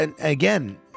again